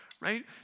right